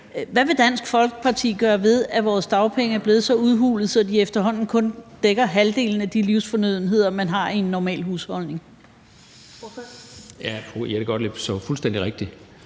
Hvad vil Dansk Folkeparti gøre ved, at vores dagpenge er blevet så udhulet, at de efterhånden kun dækker halvdelen af de livsfornødenheder, man har i en normal husholdning? Kl. 11:58 Første næstformand